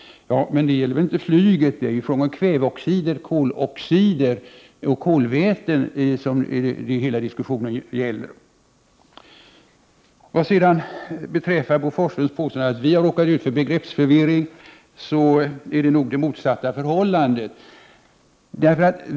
Ja, men det gäller väl inte beträffande flyget. Diskussionen där gäller främst kväveoxider, koloxider och kolväten. Vad sedan beträffar Bo Forslunds påpekande att vi har råkat ut för begreppsförvirring vill jag säga att förhållandet nog är det motsatta.